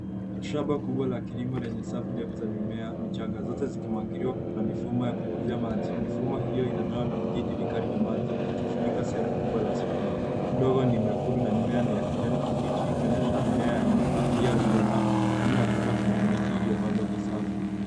Shamba kubwa la kilimo lenye safu ndefu za mimea michanga, zote zikimwagiliwa na mifumo ya kunyunyuzia maji. Mifumo hiyo inatoa vijjiiti vikali vya maji, vikifunika sehemu kubwa ya shamba. Udongo ni mwekundu na mimea ni ya kijani kibichi, ikionyesha mimea yenye afya njema. Nyuma ya shamba kuna miti iliyopandwa kwa safu.